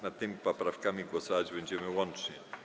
Nad tymi poprawkami głosować będziemy łącznie.